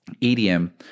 EDM